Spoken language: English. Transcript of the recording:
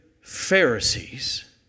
Pharisees